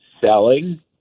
selling